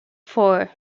four